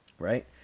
Right